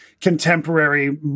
contemporary